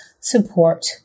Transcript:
support